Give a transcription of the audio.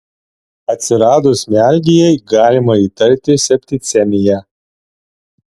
atsiradus mialgijai galima įtarti septicemiją